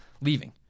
leaving